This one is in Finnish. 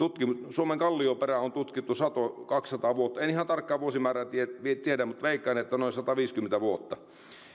suomen kallioperää on tutkittu sata viiva kaksisataa vuotta en ihan tarkkaa vuosimäärää tiedä tiedä mutta veikkaan että noin sataviisikymmentä vuotta